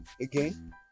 again